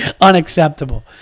unacceptable